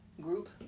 group